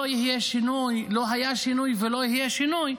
לא יהיה שינוי, לא היה שינוי ולא יהיה שינוי.